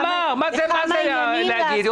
מה זה להגיד?